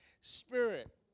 spirit